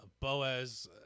Boaz